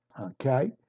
okay